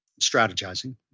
strategizing